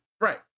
Right